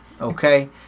okay